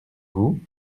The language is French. vous